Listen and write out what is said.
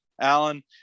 Alan